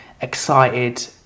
excited